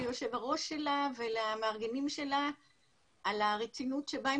ליושב הראש שלה ולמארגנים שלה על הרצינות שבה הם